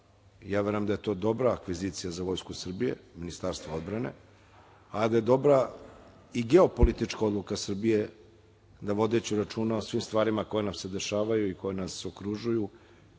Ja mislim da je to dobra akvizicija za Vojsku Srbije, Ministarstvo odbrane, a da je dobra i geopolitička odluka Srbije da vodeći računa o svim stvarima koje nam se dešavaju i koje nas okružuju